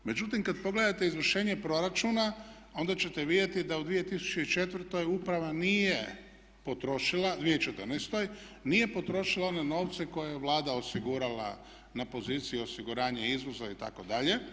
Međutim, kad pogledate izvršenje proračuna onda ćete vidjeti da u 2004. uprava nije potrošila, 2014. nije potrošila one novce koje je Vlada osigurala na poziciji osiguranje izvoza itd.